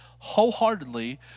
wholeheartedly